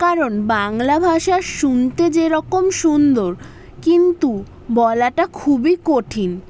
কারণ বাংলা ভাষা শুনতে যেরকম সুন্দর কিন্তু বলাটা খুবই কঠিন